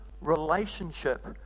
relationship